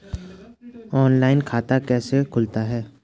Online खाता कैसे खुलता है?